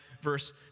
Verse